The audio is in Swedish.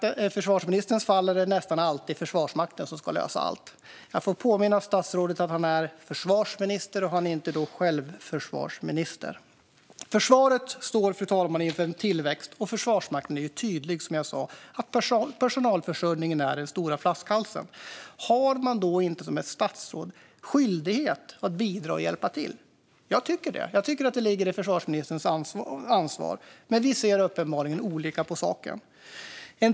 I försvarsministerns fall är det nästan alltid Försvarsmakten som ska lösa allt. Jag får påminna statsrådet om att han är försvarsminister, inte självförsvarsminister. Försvaret står inför en tillväxt, fru talman, och Försvarsmakten är som jag sa tydlig med att personalförsörjningen är den stora flaskhalsen. Har man då inte som statsråd skyldighet att bidra och hjälpa till? Jag tycker det. Jag tycker att det ligger i försvarsministerns ansvar, men vi ser uppenbarligen olika på saken.